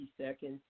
seconds